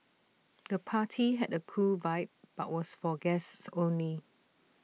the party had A cool vibe but was for guests only